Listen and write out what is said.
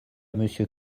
monsieur